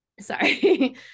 Sorry